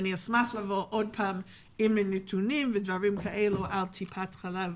אשמח לבוא עוד הפעם עם נתונים על טיפות החלב.